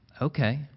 okay